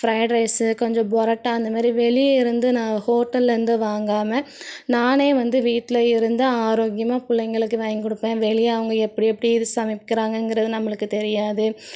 fried rice கொஞ்சம் பொரட்டா அந்தமாதிரி வெளியேருந்து நான் ஹோட்டல்லேருந்து வாங்காமல் நானே வந்து வீட்டில் இருந்தால் ஆரோக்கியமாக பிள்ளைங்களுக்கு வாங்கி கொடுப்பேன் வெளியே அவங்க எப்படி எப்படி இது சமைக்கிறாங்கங்குறது நம்மளுக்கு தெரியாது